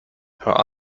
her